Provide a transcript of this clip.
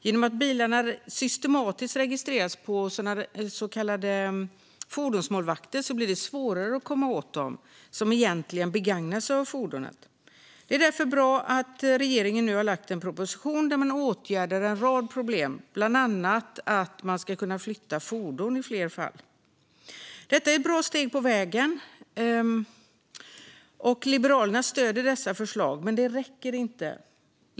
Genom att bilarna systematiskt registreras på så kallade fordonsmålvakter blir det svårare att komma åt dem som egentligen begagnar sig av fordonet. Det är därför bra att regeringen nu har lagt fram en proposition där man åtgärdar en rad problem. Bland annat ska man kunna flytta fordon i fler fall. Detta är bra steg på vägen, och Liberalerna stöder dessa förslag, men det räcker inte.